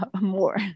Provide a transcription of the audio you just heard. more